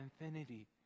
infinity